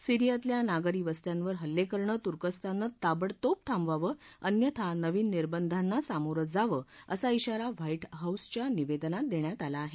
सीरियातल्या नागरी वस्त्यांवर हल्ले करणं तुर्कस्ताननं ताबडतोब थांबवावं अन्यथा नवीन निर्बंधांना सामोरं जावं असा धाारा व्हाईट हाऊसच्या निवेदनात देण्यात आला आहे